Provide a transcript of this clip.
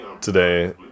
today